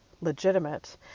legitimate